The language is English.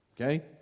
Okay